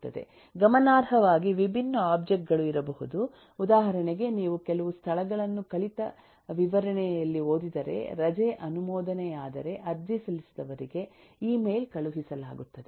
ಗಮನಾರ್ಹವಾಗಿ ವಿಭಿನ್ನ ಒಬ್ಜೆಕ್ಟ್ ಗಳು ಇರಬಹುದು ಉದಾಹರಣೆಗೆ ನೀವು ಕೆಲವು ಸ್ಥಳಗಳನ್ನು ಕಲಿತ ವಿವರಣೆಯಲ್ಲಿ ಓದಿದರೆ ರಜೆ ಅನುಮೋದನೆಯಾದರೆ ಅರ್ಜಿ ಸಲ್ಲಿಸಿದವರಿಗೆ ಇಮೇಲ್ ಕಳುಹಿಸಲಾಗುತ್ತದೆ